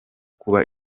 kuba